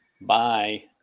Bye